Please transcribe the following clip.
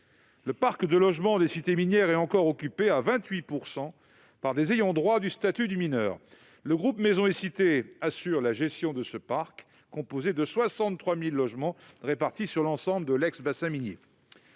Le parc de logements des cités minières est encore occupé à 28 % par des ayants droit de mineurs. Le groupe Maisons & Cités assure la gestion de ce parc, composé de 63 000 logements répartis sur l'ensemble de l'ex-bassin minier.